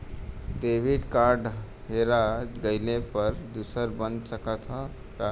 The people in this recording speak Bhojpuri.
डेबिट कार्ड हेरा जइले पर दूसर बन सकत ह का?